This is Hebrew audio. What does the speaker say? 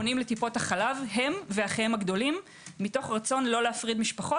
פונים לטיפות חלב הם ואחיהם הגדולים מתוך רצון לא להפריד משפחות.